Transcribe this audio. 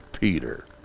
Peter